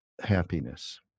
happiness